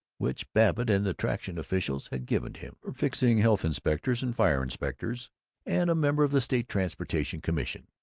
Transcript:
which babbitt and the traction officials had given to him for fixing health inspectors and fire inspectors and a member of the state transportation commission.